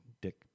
dick